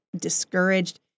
discouraged